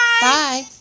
Bye